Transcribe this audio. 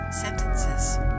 sentences